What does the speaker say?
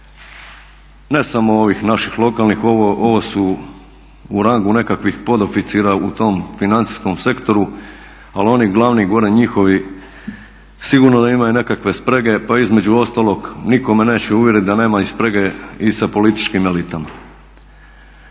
ne samo ovih naših lokalnih, ovo su u rangu nekakvih podoficira u tom financijskom sektoru, ali oni glavni gore njihovi sigurno da imaju nekakve sprege pa između ostalog nitko me neće uvjeriti da nema i sprege i sa političkim elitama.